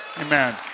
Amen